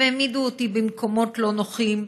והעמידו אותי במקומות לא נוחים,